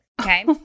Okay